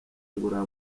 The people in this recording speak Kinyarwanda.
ngorora